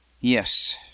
Yes